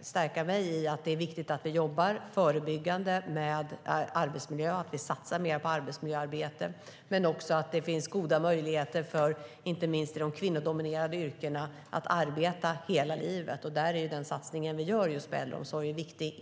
stärker mig i min uppfattning att det är viktigt att vi arbetar förebyggande när det gäller arbetsmiljöarbetet och att det finns goda möjligheter i inte minst de kvinnodominerade yrkena att arbeta hela livet. Den satsning vi gör på äldreomsorgen är viktig.